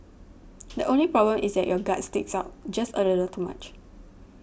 the only problem is that your gut sticks out just a little too much